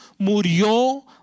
murió